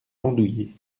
andouillé